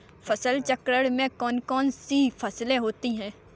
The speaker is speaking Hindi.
फसल चक्रण में कौन कौन सी फसलें होती हैं?